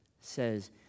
says